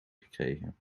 gekregen